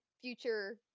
future